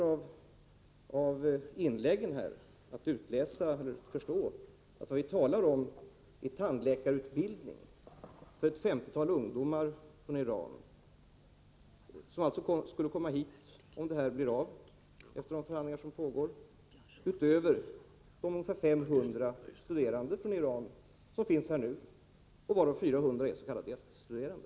Av inläggen här är det litet svårt att förstå att vad vi nu talar om är en tandläkarutbildning för ett femtiotal ungdomar från Iran, som eventuellt skall komma hit efter de förhandlingar som pågår, utöver de ungefär 500 studerande från Iran, som redan finns här och varav 400 är s.k. gäststuderande.